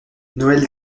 noël